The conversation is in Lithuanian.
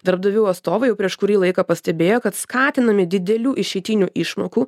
darbdavių atstovai jau prieš kurį laiką pastebėjo kad skatinami didelių išeitinių išmokų